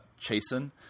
Chasen